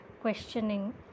questioning